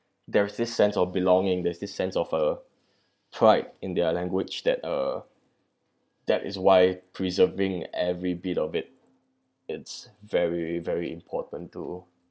there's this sense of belonging there's this sense of uh pride in their language that uh that is why preserving every bit of it it's very very important to